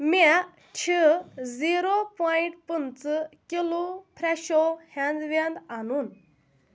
مےٚ چھِ zero point پٕنٛژٕ کِلوٗ فرٛٮ۪شو ہٮ۪نٛد وٮ۪نٛد اَنُن